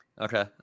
Okay